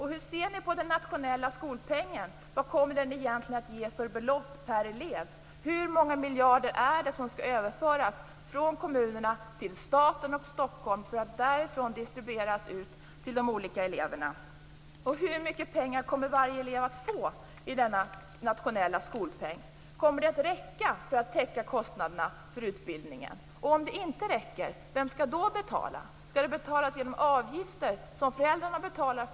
Hur ser ni på den nationella skolpengen? Vad kommer den egentligen att ge för belopp per elev? Hur många miljarder skall överföras från kommunerna till staten och Stockholm för att därifrån distribueras ut till de olika eleverna? Hur mycket pengar kommer varje elev att få av denna nationella skolpeng? Kommer det att räcka för att täcka kostnaderna för utbildningen? Och om det inte räcker, vem skall då betala? Skall det betalas genom avgifter, som föräldrarna betalar?